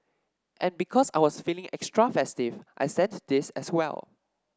and because I was feeling extra festive I sent this as well